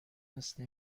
مثل